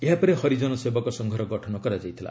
ଏହା ପରେ ହରିଜନ ସେବକ ସଂଘର ଗଠନ କରାଯାଇଥିଲା